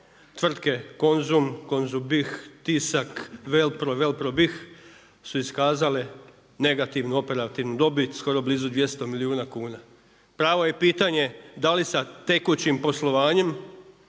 tvrtke Konzum, Konzum BIH, Tisak, Velpro, Velpro BIH su iskazale negativnu operativnu dobit, skoro blizu 200 milijuna kuna. Pravo je pitanje, da li sa tekućim poslovanjem,